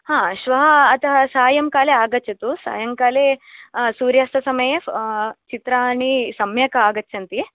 आम् श्वः अतः सायं काले आगच्छतु सायं काले सूर्यास्तसमये चित्राणि सम्यक् आगच्छन्ति